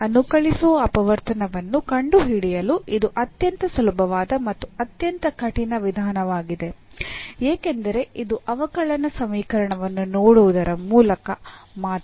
ಅನುಕಲಿಸುವ ಅಪವರ್ತನವನ್ನು ಕಂಡುಹಿಡಿಯಲು ಇದು ಅತ್ಯಂತ ಸುಲಭವಾದ ಮತ್ತು ಅತ್ಯಂತ ಕಠಿಣ ವಿಧಾನವಾಗಿದೆ ಏಕೆಂದರೆ ಇದು ಅವಕಲನ ಸಮೀಕರಣವನ್ನು ನೋಡುವುದರ ಮೂಲಕ ಮಾತ್ರ